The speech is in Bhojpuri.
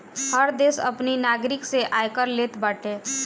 हर देस अपनी नागरिक से आयकर लेत बाटे